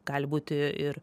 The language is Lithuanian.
gali būti ir